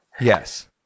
Yes